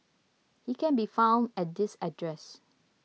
he can be found at this address